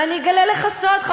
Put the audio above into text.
ואני אגלה לך סוד,